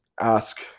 ask